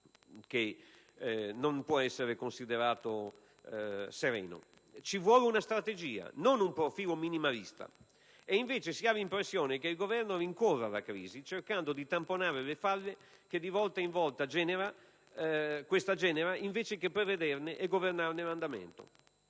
Ci vuole una strategia e non un profilo minimalista. Al contrario, si ha l'impressione che il Governo rincorra la crisi, cercando di tamponare le falle che di volta in volta la stessa crisi genera, invece che prevederne e governarne l'andamento.